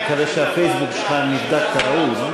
אני מקווה שהפייסבוק שלך נבדק כראוי.